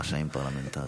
רשמים פרלמנטריים.